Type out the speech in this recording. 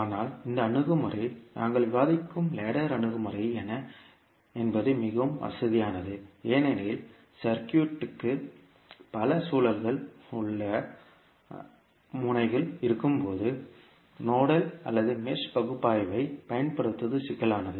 ஆனால் இந்த அணுகுமுறை நாங்கள் விவாதிக்கும் லேடர் அணுகுமுறை என்ன என்பது மிகவும் வசதியானது ஏனெனில் சர்க்யூட் சர்க்யூட்க்கு பல சுழல்கள் அல்லது முனைகள் இருக்கும்போது நோடல் அல்லது மெஷ் பகுப்பாய்வைப் பயன்படுத்துவது சிக்கலானது